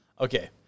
Okay